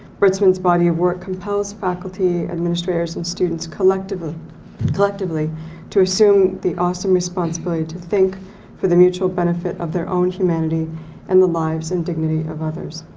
britzman's body of work compels faculty administrators and students collectively collectively to assume the awesome responsibility to think for the mutual benefit of their own humanity and the lives and dignity of others.